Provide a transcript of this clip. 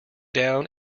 down